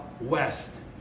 west